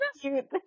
cute